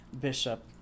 Bishop